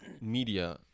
media